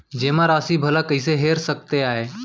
जेमा राशि भला कइसे हेर सकते आय?